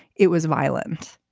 it was violent.